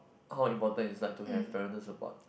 how important is like to have parental support